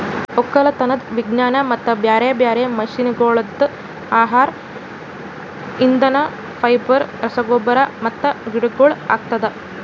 ಒಕ್ಕಲತನದ್ ವಿಜ್ಞಾನ ಮತ್ತ ಬ್ಯಾರೆ ಬ್ಯಾರೆ ಮಷೀನಗೊಳ್ಲಿಂತ್ ಆಹಾರ, ಇಂಧನ, ಫೈಬರ್, ರಸಗೊಬ್ಬರ ಮತ್ತ ಗಿಡಗೊಳ್ ಆಗ್ತದ